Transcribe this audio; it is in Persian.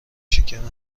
شکم